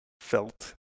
felt